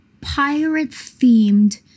pirate-themed